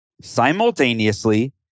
simultaneously